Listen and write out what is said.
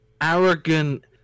arrogant